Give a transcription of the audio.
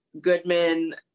Goodman